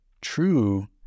true